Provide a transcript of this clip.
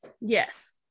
Yes